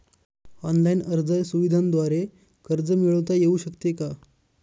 Online अर्ज सुविधांद्वारे कर्ज मिळविता येऊ शकते का?